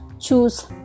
choose